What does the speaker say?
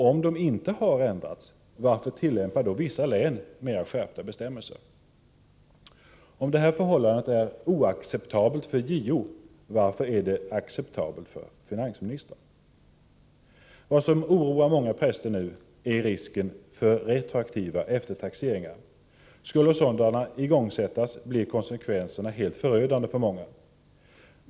Om de inte har ändrats, varför tillämpar då vissa län mera skärpta bestämmelser? Om nuvarande förhållanden är oacceptabla för JO, varför är de acceptabla för finansministern? Vad som oroar många präster nu är risken för retroaktiva upptaxeringar. Skulle sådana igångsättas, blir konsekvenserna helt förödande för många.